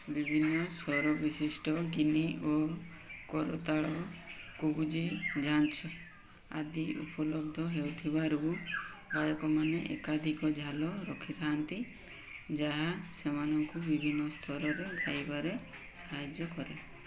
ବିଭିନ୍ନ ସ୍ଵରବିଶିଷ୍ଟ ଗିନି ଓ କରତାଳ ଆଦି ଉପଲବ୍ଧ ହେଊଥିବାରୁ ଗାୟକମାନେ ଏକାଧିକ ଝାଲ ରଖିଥାନ୍ତି ଯାହା ସେମାନଙ୍କୁ ବିଭିନ୍ନ ସ୍ତରରେ ଗାଇବାରେ ସାହାଯ୍ୟ କରେ